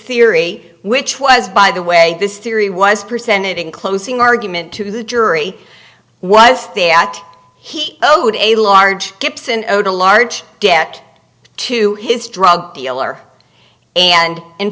theory which was by the way this theory was presented in closing argument to the jury was that he owed a large gibson owed a large get to his drug dealer and in